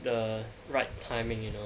the right timing you know